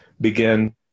begin